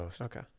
Okay